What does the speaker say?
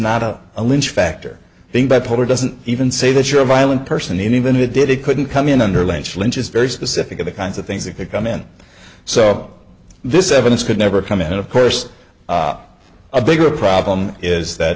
not a lynch factor being bipolar doesn't even say that you're a violent person even if it did it couldn't come in under lynch lynch is very specific of the kinds of things that could come in so this evidence could never come in and of course a bigger problem is